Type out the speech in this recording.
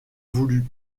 voulut